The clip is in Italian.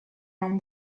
non